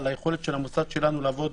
על היכולת של המוסד שלנו לעבוד